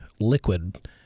liquid